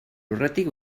lurretik